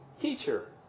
Teacher